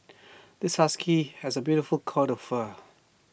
this husky has A beautiful coat fur